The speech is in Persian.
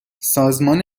سازمان